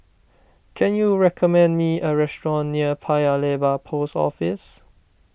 can you recommend me a restaurant near Paya Lebar Post Office